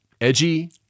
edgy